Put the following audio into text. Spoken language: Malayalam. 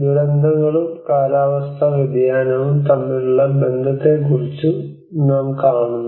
ദുരന്തങ്ങളും കാലാവസ്ഥാ വ്യതിയാനവും തമ്മിലുള്ള ബന്ധത്തെക്കുറിച്ച് നാം കാണുന്നു